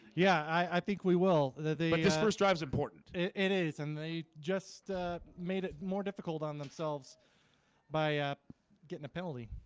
yeah i think we will just first drive is important it is and they just made it more difficult on themselves by getting a penalty.